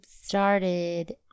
started